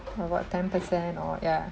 about ten percent or ya